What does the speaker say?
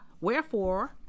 wherefore